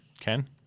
Ken